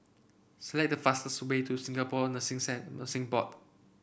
select the fastest way to Singapore Nursing Sand Nursing Board